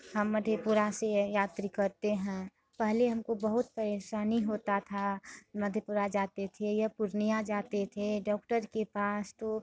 हम मधेपुरा से यात्रा करते हैं पहले हमको बहुत परेशानी होता था मधेपुरा जाते थे या पूर्णिया जाते थे डॉक्टर के पास तो